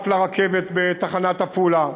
נוסף על הרכבת בתחנת עפולה,